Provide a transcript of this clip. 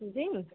जी